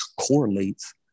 correlates